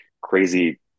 crazy